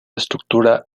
estructura